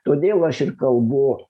todėl aš ir kalbu